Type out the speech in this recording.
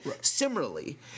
Similarly